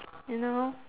you know